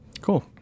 Cool